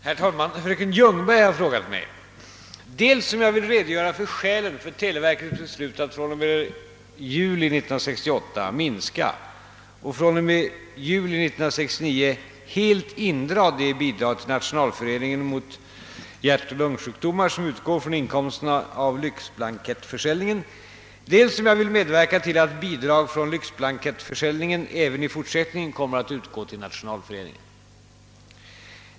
Herr talman! Fröken Ljungberg har frågat mig dels om jag vill redogöra för skälen för televerkets beslut att fr.o.m. juli 1968 minska och fr.o.m. juli 1969 helt indra det bidrag till Nationalföreningen mot hjärtoch lungsjukdomar som utgår från inkomsterna av lyxblankettförsäljningen, dels om jag vill medverka till att bidrag från lyxblankettförsäljningen även i fortsättningen kommer att utgå till Nationalföreningen.